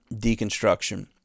deconstruction